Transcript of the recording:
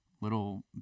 little